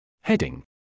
Heading